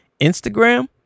Instagram